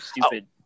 stupid